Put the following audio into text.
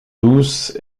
douce